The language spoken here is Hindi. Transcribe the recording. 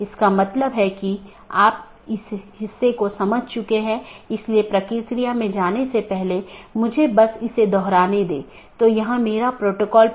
BGP निर्भर करता है IGP पर जो कि एक साथी का पता लगाने के लिए आंतरिक गेटवे प्रोटोकॉल है